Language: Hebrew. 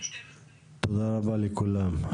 תודה רבה לכולם.